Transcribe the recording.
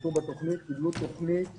שהשתתפו בתוכנית קיבלו תוכנית חוגית,